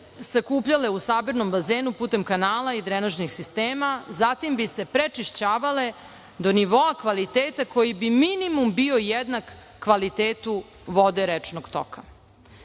sakupljale u sabirnom bazenu putem kanala i drenažnih sistema, zatim bi se prečišćavale do nivoa kvaliteta koji bi minimum bio jednak kvalitetu vode rečnog toka. Jadar